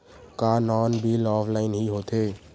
का नल bill offline हि होथे?